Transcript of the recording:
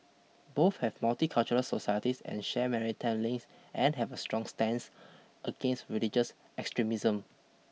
both have multicultural societies and share maritime links and have a strong stance against religious extremism